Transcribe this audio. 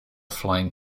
flying